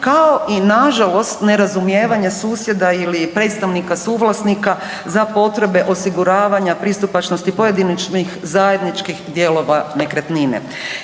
kao i nažalost nerazumijevanje susjeda ili predstavnika suvlasnika za potrebe osiguravanja pristupačnosti pojedinačnih zajedničkih dijelova nekretnine.